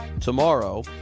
tomorrow